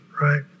right